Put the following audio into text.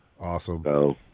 Awesome